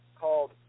called